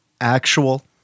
actual